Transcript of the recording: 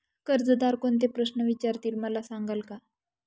कर्जदार कोणते प्रश्न विचारतील, मला सांगाल का?